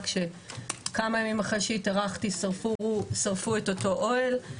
שכמה ימים אחרי שהתארחתי שרפו את אוטו אוהל.